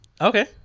Okay